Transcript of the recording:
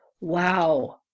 wow